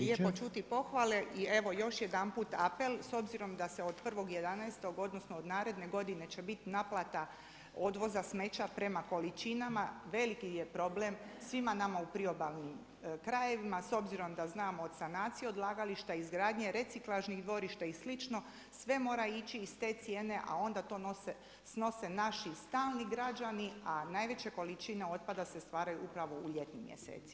Uvijek je lijepo čuti pohvale i evo još jedanput apel s obzirom da se od 1.11. odnosno od naredne godine će biti naplata odvoza smeća prema količinama, veliki je problem svima nama u priobalnim krajevima s obzirom da znamo od sanacije odlagališta, izgradnje reciklažnih dvorišta i slično sve mora ići iz te cijene, a onda to snose naši stalni građani, a najveće količine otpada se stvaraju upravo u ljetnim mjesecima.